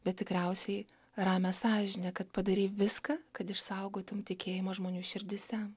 bet tikriausiai ramią sąžinę kad padarei viską kad išsaugotum tikėjimą žmonių širdyse